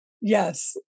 Yes